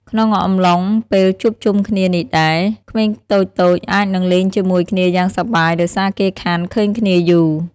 ក្នុងអំឡុងពេលជួបជុំគ្នានេះដែរ ក្មេងតូចៗអាចនឹងលេងជាមួយគ្នាយ៉ាងសប្បាយដោយសារគេខានឃើញគ្នាយូរ។